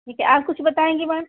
ठीक है और कुछ बताएँगी मैम